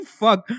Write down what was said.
fuck